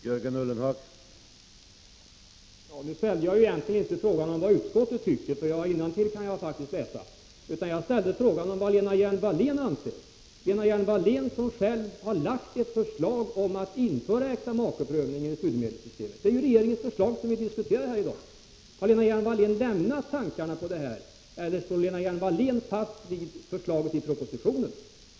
Herr talman! Nu ställde jag egentligen inte frågan om vad utskottet tycker, för innantill kan jag faktiskt läsa. Jag ställde frågan vad Lena Hjelm-Wallén anser, som själv har lagt fram ett förslag om att införa äktamakeprövning i studiemedelssystemet. Det är ju regeringens förslag som vi diskuterar här i dag. Har Lena Hjelm-Wallén lämnat tankarna på detta, eller står Lena Hjelm-Wallén fast vid förslaget i propositionen?